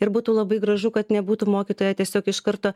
ir būtų labai gražu kad nebūtų mokytoja tiesiog iš karto